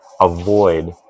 avoid